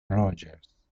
rogers